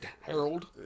Harold